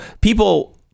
people